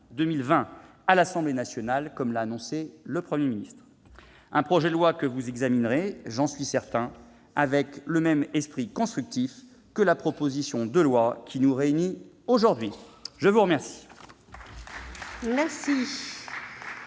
à l'Assemblée nationale, comme l'a annoncé le Premier ministre- un projet de loi que vous étudierez, j'en suis certain, avec le même esprit constructif que la proposition de loi qui nous réunit aujourd'hui. La parole